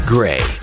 Gray